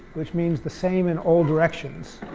which means the same in all directions.